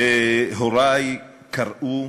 והורי קראו,